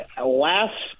last